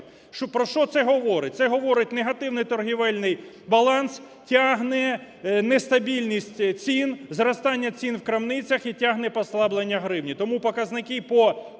Про що це говорить? Це говорить: негативний торгівельний баланс тягне нестабільність цін, зростання цін в крамницях і тягне послаблення гривні.